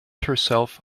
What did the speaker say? herself